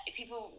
people